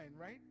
right